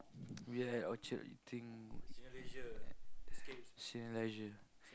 we at Orchard eating Cineleisure